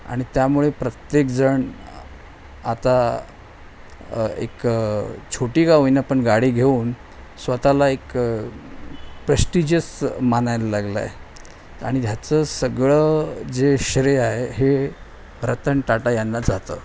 आणि त्यामुळे प्रत्येकजण आता एक छोटी का होईना पण गाडी घेऊन स्वतःला एक प्रश्टिजियस मानायला लागला आहे आणि ह्याचं सगळं जे श्रेय आहे हे रतन टाटा यांना जातं